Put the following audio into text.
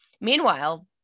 Meanwhile